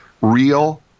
real